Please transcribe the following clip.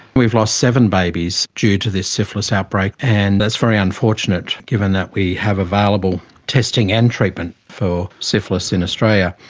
we've lost seven babies due to this syphilis outbreak, and that's very unfortunate given that we have available testing and treatment for syphilis in australia.